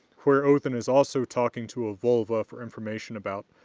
where odinn is also talking to a volva for information about